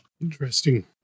Interesting